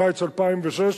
בקיץ 2006,